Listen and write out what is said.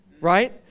right